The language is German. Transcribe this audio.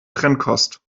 trennkost